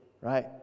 right